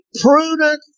prudent